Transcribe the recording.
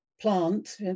plant